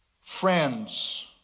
friends